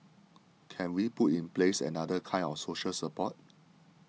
can we put in place another kind of social support